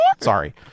sorry